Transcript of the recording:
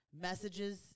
messages